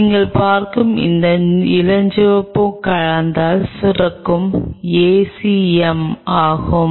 நீங்கள் பார்க்கும் இந்த இளஞ்சிவப்பு கலத்தால் சுரக்கும் ACM ஆகும்